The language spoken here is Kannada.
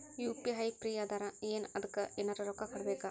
ಯು.ಪಿ.ಐ ಫ್ರೀ ಅದಾರಾ ಏನ ಅದಕ್ಕ ಎನೆರ ರೊಕ್ಕ ಕೊಡಬೇಕ?